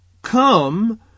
Come